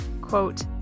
quote